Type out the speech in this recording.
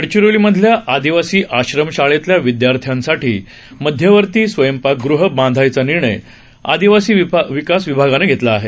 गडचिरोलीमधल्या आदिवासी आश्रमशाळेतल्या विदयार्थ्यांसाठी मध्यवर्ती स्वयंपाकगृह बांधायचा निर्णय आदिवासी विकास विभागानं घेतला आहे